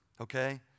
Okay